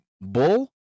bull